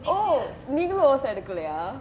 oh நீங்களும்:neengalum O_S எடுக்கலையா:edukalaiyaa